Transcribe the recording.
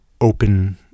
open